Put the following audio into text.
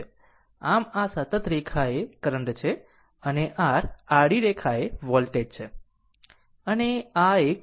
આમ આ સતત રેખાએ કરંટ છે અને r આડી રેખાએ વોલ્ટેજ છે